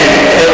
כן.